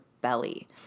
belly